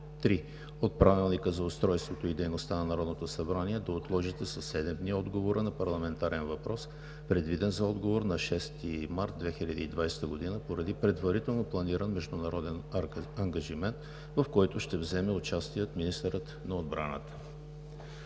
3 от Правилника за устройството и дейността на Народното събрание да отложите със седем дни отговора на парламентарен въпрос, предвиден за отговор на 6 март 2020 г., поради предварително планиран международен ангажимент, в който ще вземе участие министърът на отбраната.“